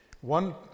One